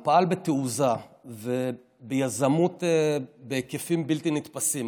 הוא פעל בתעוזה וביזמות בהיקפים בלתי נתפסים.